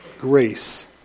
grace